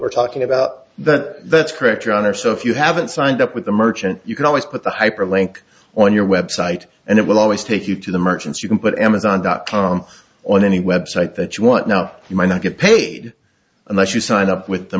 we're talking about that pressure on her so if you haven't signed up with the merchant you can always put the hyperlink on your website and it will always take you to the merchants you can put amazon dot com on any website that you want now you might not get paid unless you sign up with the